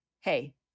Hey